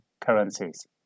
currencies